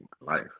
life